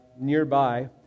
nearby